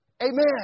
Amen